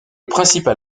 principal